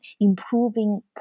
improving